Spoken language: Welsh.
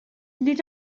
nid